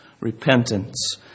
repentance